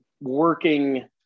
working